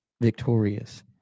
victorious